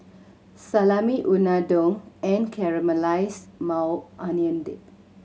Salami Unadon and Caramelized Maui Onion Dip